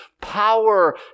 power